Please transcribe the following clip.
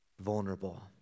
vulnerable